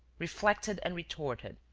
reflected and retorted,